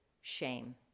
shame